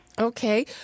Okay